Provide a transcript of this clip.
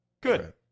Good